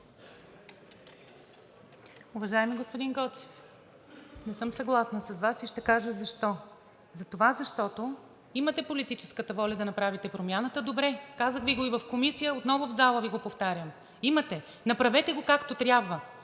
Уважаеми господин Гочев, не съм съгласна с Вас и ще кажа защо. Защото имате политическата воля да направите промяната – добре. Казах Ви го и в Комисията, отново в залата Ви го повтарям – имате, направете го както трябва.